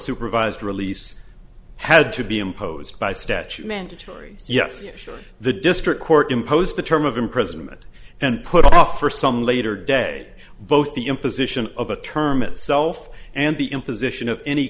supervised release had to be imposed by statute mandatory yes the district court imposed a term of imprisonment and put off for some later day both the imposition of the term itself and the imposition of any